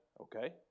Okay